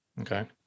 Okay